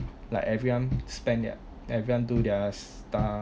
like everyone spend there everyone do their stuff